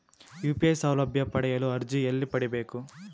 UPI ಸೌಲಭ್ಯ ಪಡೆಯಲು ಅರ್ಜಿ ಎಲ್ಲಿ ಪಡಿಬೇಕು?